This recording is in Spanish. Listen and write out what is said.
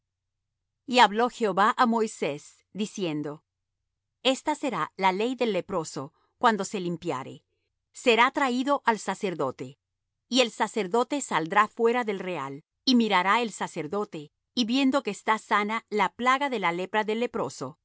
y hablo jehová á moisés diciendo esta será la ley del leproso cuando se limpiare será traído al sacerdote y el sacerdote saldrá fuera del real y mirará el sacerdote y viendo que está sana la plaga de la lepra del leproso